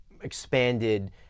expanded